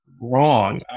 wrong